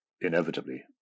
inevitably